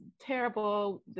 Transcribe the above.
terrible